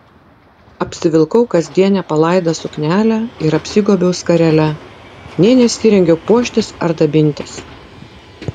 apsivilkau kasdienę palaidą suknelę ir apsigobiau skarele nė nesirengiau puoštis ar dabintis